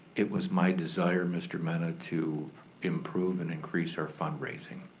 it was my desire, mr. mena, to improve and increase our fundraising.